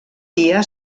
dia